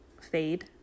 fade